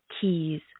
keys